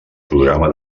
programa